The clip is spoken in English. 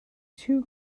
two